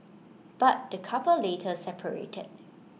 but the couple later separated